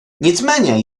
nicméně